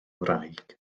wraig